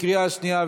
לקריאה השנייה,